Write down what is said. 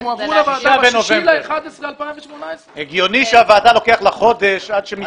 ב-3 בנובמבר 2018. הגיוני שלוועדה לוקח חודש עד שמקיימת את הדיון.